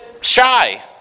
shy